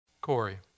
Corey